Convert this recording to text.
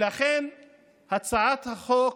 הצעת החוק